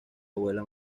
abuela